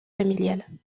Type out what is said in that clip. familial